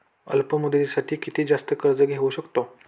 अल्प मुदतीसाठी किती जास्त कर्ज घेऊ शकतो?